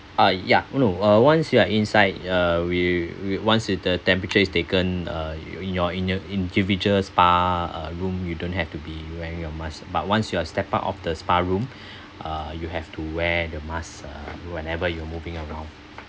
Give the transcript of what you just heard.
ah ya oh no uh once you are inside uh we we once with the temperature is taken uh you in your in your individuals spa uh room you don't have to be wearing your mask but once you are step out of the spa room uh you have to wear the mask uh whenever you are moving around